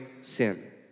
sin